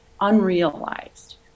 unrealized